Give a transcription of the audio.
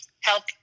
help